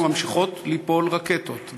ממשיכות ליפול רקטות,